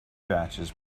batches